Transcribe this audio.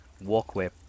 walkway